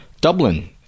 Dublin